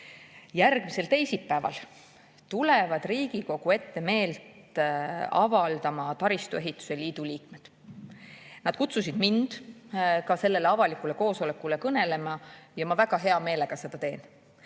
teisipäeval tulevad Riigikogu ette meelt avaldama taristuehituse liidu liikmed. Nad kutsusid mind ka sellele avalikule koosolekule kõnelema ja ma väga hea meelega seda teen.